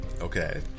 Okay